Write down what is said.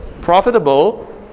profitable